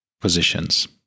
positions